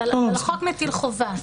אבל החוק מטיל חובה.